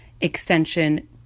extension